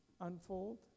unfold